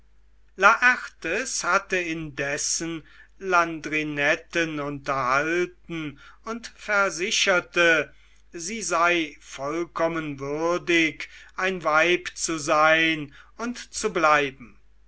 laertes hatte indessen landrinetten unterhalten und versicherte sie sei vollkommen würdig ein weib zu sein und zu bleiben